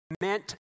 meant